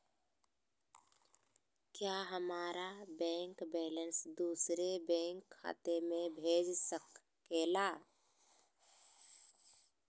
क्या हमारा bank balance दूसरे बैंक खाता में भेज सके ला?